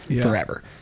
forever